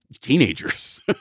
teenagers